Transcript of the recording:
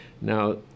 Now